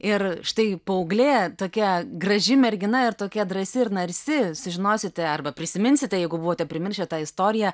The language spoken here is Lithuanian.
ir štai paauglė tokia graži mergina ir tokia drąsi ir narsi sužinosite arba prisiminsite jeigu buvote primiršę tą istoriją